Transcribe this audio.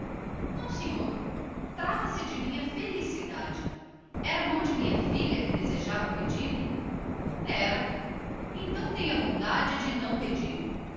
não senhor trata-se de minha felicidade é a mão de minha filha que deseja pedir então tenha a bondade de desistir do pedido